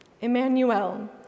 Emmanuel